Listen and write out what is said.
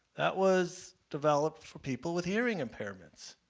that was developed for people with hearing impairments.